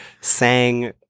sang